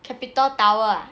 capital tower ah